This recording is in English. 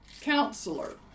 Counselor